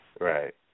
Right